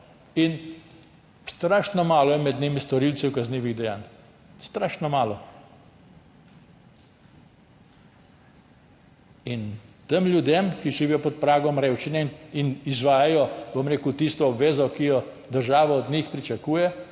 in strašno malo je med njimi storilcev kaznivih dejanj, strašno malo. Tem ljudem, ki živijo pod pragom revščine in izvajajo, bom rekel, tisto obvezo, ki jo država od njih pričakuje,